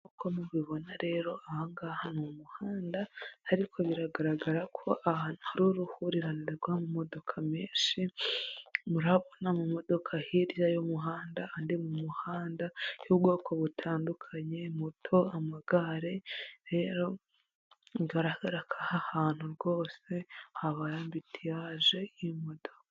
Nk'uko mubibona rero ahangaha ni umuhanda ariko biragaragara ko aha hari uruhurirane rw'amamodoka menshi, murabona amamodoka hirya y'umuhanda, andi mu muhanda y'ubwoko butandukanye moto, amagare, rero bigaragara ko aha hantu rwose habaye ambutiyaje y'imodoka.